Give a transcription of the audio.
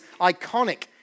iconic